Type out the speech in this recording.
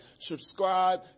subscribe